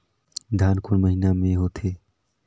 धान कोन महीना मे होथे?